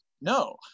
no